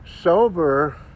sober